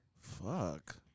Fuck